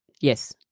Yes